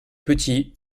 petit